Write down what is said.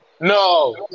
No